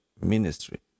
ministry